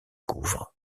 couvre